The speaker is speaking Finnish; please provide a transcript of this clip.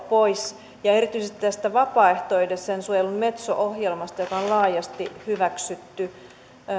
pois ja erityisesti tästä vapaaehtoisen suojelun metso ohjelmasta joka on laajasti hyväksytty